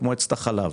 החלב,